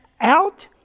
out